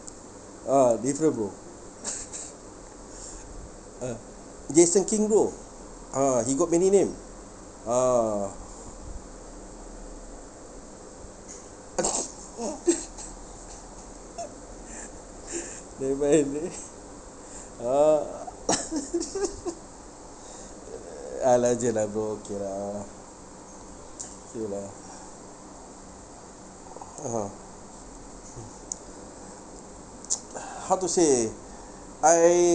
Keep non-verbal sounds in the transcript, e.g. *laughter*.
a'ah different bro *laughs* a'ah jason king bro a'ah he got many name a'ah *noise* *laughs* never mind ah a'ah *laughs* uh legend lah bro okay lah okay lah (uh huh) *noise* how to say I